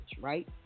right